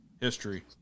history